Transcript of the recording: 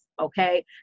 okay